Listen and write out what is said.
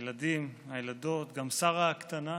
הילדים, הילדות, גם שרה הקטנה,